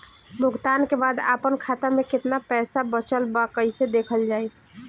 भुगतान के बाद आपन खाता में केतना पैसा बचल ब कइसे देखल जाइ?